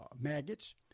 maggots